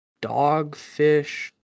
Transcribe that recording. dogfish